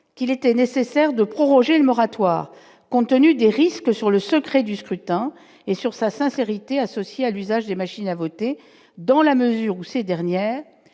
qu'il était nécessaire de proroger le moratoire contenu des risques sur le secret du scrutin et sur sa sincérité, associés à l'usage des machines à voter dans la mesure où ces dernières